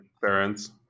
parents